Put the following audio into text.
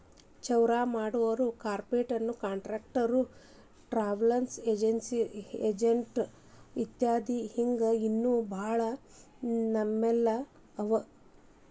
ಚೌರಾಮಾಡೊರು, carpenter, contractor, travel agent ಇತ್ಯದಿ ಹಿಂಗ್ ಇನ್ನೋ ಭಾಳ್ ನಮ್ನೇವ್ ಅವ